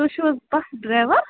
تُہۍ چھِو حظ بس ڈرٛایوَر